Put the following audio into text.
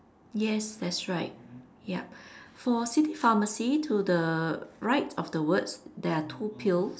yes that's right yup for city pharmacy to the right of the words there are two pills